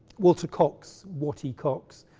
walter cox, watty cox,